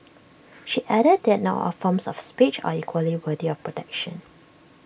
she added that not all forms of speech are equally worthy of protection